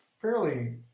fairly